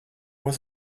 was